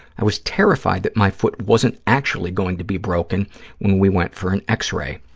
i was terrified that my foot wasn't actually going to be broken when we went for an x-ray.